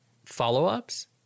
follow-ups